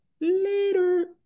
Later